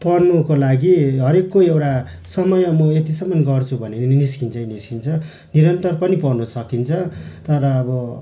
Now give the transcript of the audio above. पढ्नुको लागि हरेकको एउटा समय म यतिसम्म गर्छु भन्यो भने निस्किन्छै निस्किन्छ निरन्तर पनि पढ्न सकिन्छ तर अब